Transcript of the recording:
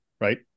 right